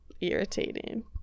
irritating